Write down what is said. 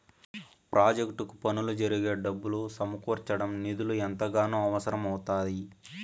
project పనులు జరిగేకి డబ్బులు సమకూర్చడం నిధులు ఎంతగానో అవసరం అవుతాయి